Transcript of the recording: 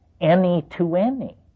any-to-any